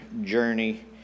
journey